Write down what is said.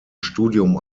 studium